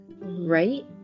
right